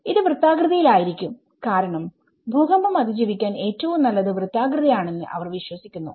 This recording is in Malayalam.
ഇത് വൃത്താകൃതിയിൽ ആയിരിക്കും കാരണം ഭൂകമ്പം അതിജീവിക്കാൻ ഏറ്റവും നല്ലത് വൃത്താകൃതി ആണെന്ന് അവർ വിശ്വസിക്കുന്നു